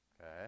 Okay